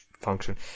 Function